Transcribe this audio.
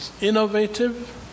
innovative